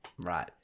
Right